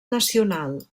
nacional